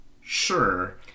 Sure